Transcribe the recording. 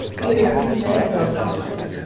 either pince-nez or postures.